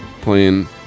playing